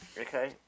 Okay